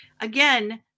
Again